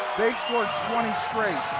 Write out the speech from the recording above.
they've scored twenty straight.